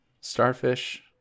starfish